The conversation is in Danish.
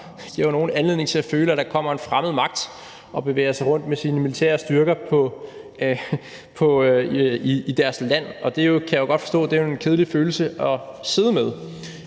Det giver jo nogen anledning til at føle, at der kommer en fremmed magt og bevæger sig rundt med sine militære styrker i deres land. Det kan jeg godt forstå er en kedelig følelse at sidde med.